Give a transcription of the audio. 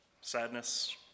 Sadness